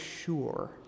sure